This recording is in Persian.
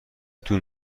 طول